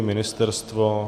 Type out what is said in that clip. Ministerstvo?